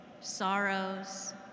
sorrows